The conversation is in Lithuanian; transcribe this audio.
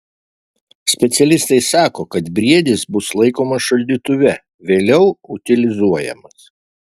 specialistai sako kad briedis bus laikomas šaldytuve vėliau utilizuojamas